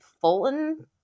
Fulton